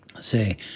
say